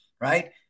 right